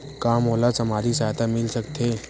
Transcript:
का मोला सामाजिक सहायता मिल सकथे?